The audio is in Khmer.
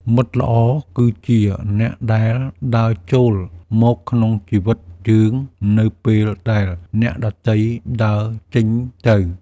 មិត្តល្អគឺជាអ្នកដែលដើរចូលមកក្នុងជីវិតយើង នៅពេលដែលអ្នកដទៃដើរចេញទៅ។